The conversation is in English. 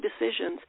decisions